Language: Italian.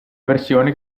versione